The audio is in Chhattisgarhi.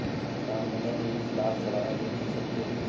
का मोला एक लाख सालाना ऋण मिल सकथे?